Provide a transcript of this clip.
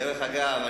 דרך אגב,